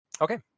Okay